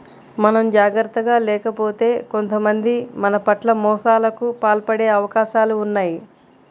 మనం జాగర్తగా లేకపోతే కొంతమంది మన పట్ల మోసాలకు పాల్పడే అవకాశాలు ఉన్నయ్